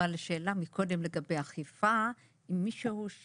אבל שאלה מקודם לגבי אכיפה אם מישהו שהוא